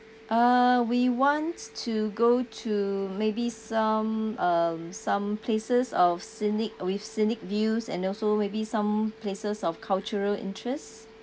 uh we want to go to maybe some um some places of scenic with scenic views and also maybe some places of cultural interest